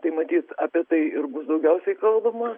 tai matyt apie tai ir daugiausiai kalbama